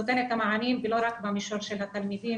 נותן את המענים ולא רק במישור של התלמידים